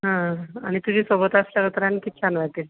हां आणि तुझी सोबत असल्यावर तर आणखीच छान वाटेल